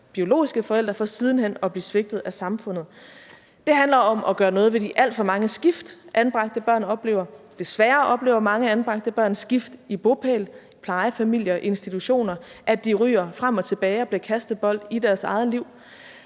biologiske forældre for siden hen at blive svigtet af samfundet. Det handler om at gøre noget ved de alt for mange skift, anbragte børn oplever. Desværre oplever mange anbragte børn skift i bopæl, plejefamilie og institution – de ryger frem og tilbage og bliver kastebold i deres eget liv.